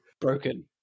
Broken